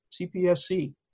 CPSC